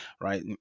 right